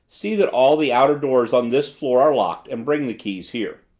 see that all the outer doors on this floor are locked and bring the keys here.